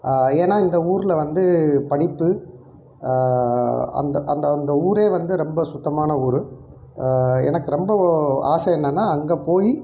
ஏன்னால் இந்த ஊரில் வந்து படிப்பு அந்த அந்த அந்த ஊரே வந்து ரொம்ப சுத்தமான ஊர் எனக்கு ரொம்ப ஆசை என்னன்னா அங்கே போய்